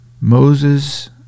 Moses